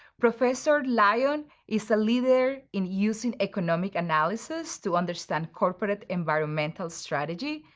professor lyon is a leader in using economic analysis to understand corporate environmental strategy,